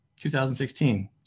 2016